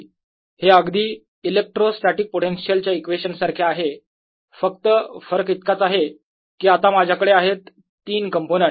हे अगदी electrostatic potential च्या इक्वेशन सारखे आहे फक्त फरक इतकाच आहे की आता माझ्याकडे आहेत तीन कंपोनंट